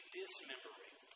dismembering